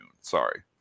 Sorry